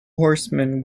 horsemen